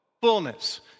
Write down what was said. Fullness